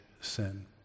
sin